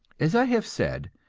as i have said,